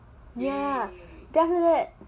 ya then after that